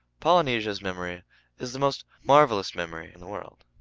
polynesia's memory is the most marvelous memory in the world.